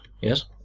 Yes